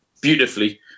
beautifully